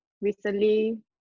recently